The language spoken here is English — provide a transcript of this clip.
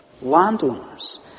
landowners